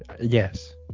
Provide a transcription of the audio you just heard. Yes